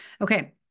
Okay